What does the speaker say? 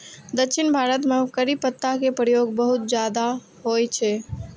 दक्षिण भारत मे करी पत्ता के प्रयोग बहुत ज्यादा होइ छै